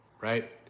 right